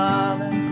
Father